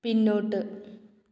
പിന്നോട്ട്